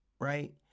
right